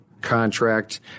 contract